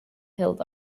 held